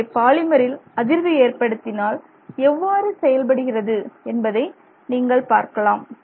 எனவே பாலிமரில் அதிர்வு ஏற்படுத்தினால் எவ்வாறு செயல்படுகிறது என்பதை நீங்கள் பார்க்கலாம்